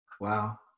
Wow